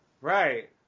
Right